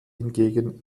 hingegen